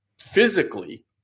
physically